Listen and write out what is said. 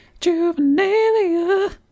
Juvenalia